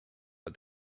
but